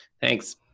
Thanks